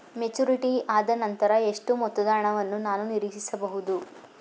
Maturity ಆದನಂತರ ಎಷ್ಟು ಮೊತ್ತದ ಹಣವನ್ನು ನಾನು ನೀರೀಕ್ಷಿಸ ಬಹುದು?